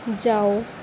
ਜਾਓ